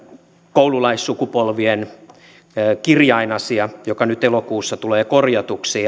koululaissukupolvien kirjainasia joka nyt elokuussa tulee korjatuksi